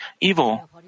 evil